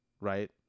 right